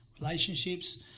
relationships